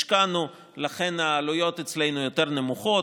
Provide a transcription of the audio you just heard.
השקענו ולכן העלויות אצלנו יותר נמוכות,